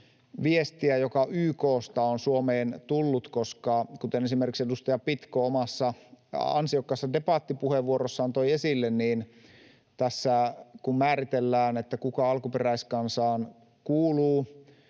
viestiä, joka YK:sta on Suomeen tullut, koska kuten esimerkiksi edustaja Pitko omassa ansiokkaassa debattipuheenvuorossaan toi esille, niin kun tässä määritellään, kuka alkuperäiskansaan kuuluu,